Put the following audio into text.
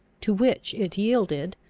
to which it yielded,